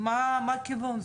מה הכיוון?